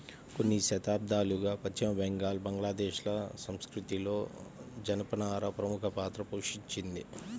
కొన్ని శతాబ్దాలుగా పశ్చిమ బెంగాల్, బంగ్లాదేశ్ ల సంస్కృతిలో జనపనార ప్రముఖ పాత్ర పోషించింది